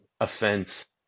offense